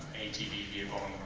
atv vehicle